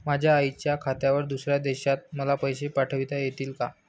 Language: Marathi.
माझ्या आईच्या खात्यावर दुसऱ्या देशात मला पैसे पाठविता येतील का?